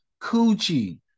coochie